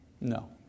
No